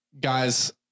guys